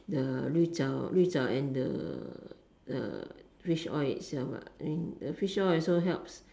the and the the fish oil itself lah and the fish oil also helps